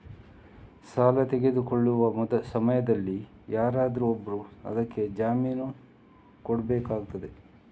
ಸಾಲ ತೆಗೊಳ್ಳುವ ಸಮಯದಲ್ಲಿ ಯಾರಾದರೂ ಒಬ್ರು ಅದಕ್ಕೆ ಜಾಮೀನು ಕೊಡ್ಬೇಕಾಗ್ತದೆ